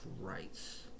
rights